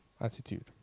attitude